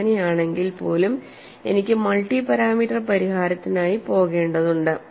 അങ്ങനെയാണെങ്കിൽ പോലും എനിക്ക് മൾട്ടി പാരാമീറ്റർ പരിഹാരത്തിനായി പോകേണ്ടതുണ്ട്